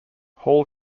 hall